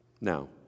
Now